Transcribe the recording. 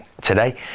today